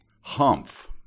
Humph